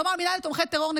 לא מאמינה לתומכי טרור.